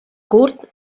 curt